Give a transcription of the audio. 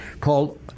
called